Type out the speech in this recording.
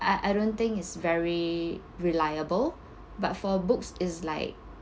I I don't think is very reliable but for books it's like